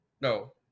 No